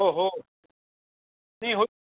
हो हो नाही होत